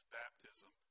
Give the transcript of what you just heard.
baptism